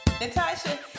Natasha